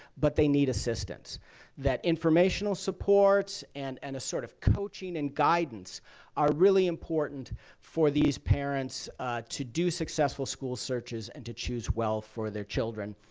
but they need assistance that informational supports and and a sort of coaching and guidance are really important for these parents to do successful school searches and to choose well for their children.